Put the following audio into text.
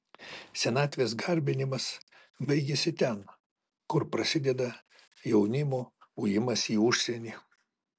senatvės garbinimas baigiasi ten kur prasideda jaunimo ujimas į užsienį